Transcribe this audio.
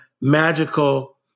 magical